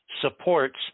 supports